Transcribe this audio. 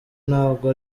ntabwo